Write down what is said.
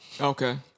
Okay